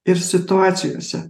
ir situacijose